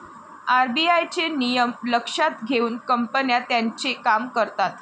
RBI चे नियम लक्षात घेऊन कंपन्या त्यांचे काम करतात